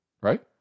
right